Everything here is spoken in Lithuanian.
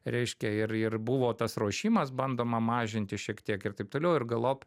reiškia ir ir buvo tas ruošimas bandoma mažinti šiek tiek ir taip toliau ir galop